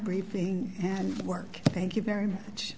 briefing and work thank you very much